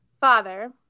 Father